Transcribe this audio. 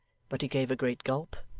but he gave a great gulp,